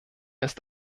ist